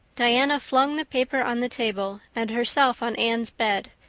diana flung the paper on the table and herself on anne's bed,